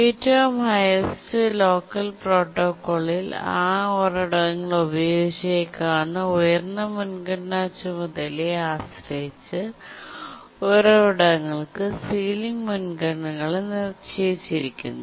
ഏറ്റവും highest locker പ്രോട്ടോക്കോളിൽ ആ ഉറവിടങ്ങൾ ഉപയോഗിച്ചേക്കാവുന്ന ഉയർന്ന മുൻഗണനാ ചുമതലയെ ആശ്രയിച്ച് ഉറവിടങ്ങൾക്ക് സീലിംഗ് മുൻഗണനകൾ നിശ്ചയിച്ചിരിക്കുന്നു